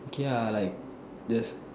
okay lah like the